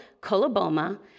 coloboma